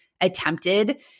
attempted